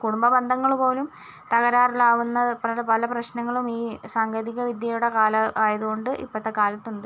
ഇപ്പം കുടുംബ ബന്ധങ്ങൾ പോലും തകരാറിലാക്കുന്ന പല പ്രശ്നങ്ങളും ഈ സാങ്കേതികവിദ്യയുടെ കാലം ആയതുകൊണ്ട് ഇപ്പോഴത്തെ കാലത്തുണ്ട്